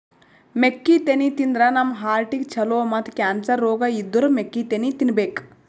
ಮೆಕ್ಕಿತೆನಿ ತಿಂದ್ರ್ ನಮ್ ಹಾರ್ಟಿಗ್ ಛಲೋ ಮತ್ತ್ ಕ್ಯಾನ್ಸರ್ ರೋಗ್ ಇದ್ದೋರ್ ಮೆಕ್ಕಿತೆನಿ ತಿನ್ಬೇಕ್